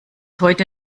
heute